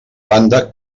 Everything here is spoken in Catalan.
banda